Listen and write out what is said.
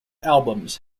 albums